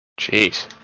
Jeez